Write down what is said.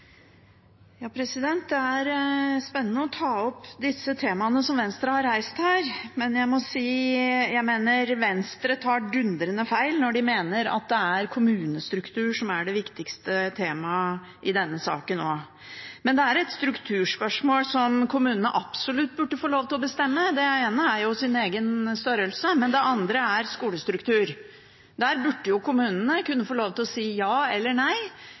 spennende å ta opp disse temaene som Venstre har reist her, men jeg må si jeg mener Venstre tar dundrende feil når de mener at det er kommunestruktur som er det viktigste temaet i denne saken også. Men det er strukturspørsmål som kommunene absolutt burde få lov til å bestemme, det ene er deres egen størrelse, det andre er skolestruktur. Der burde kommunene kunne få lov til å si ja eller nei